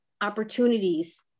opportunities